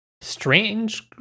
strange